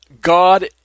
God